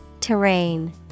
Terrain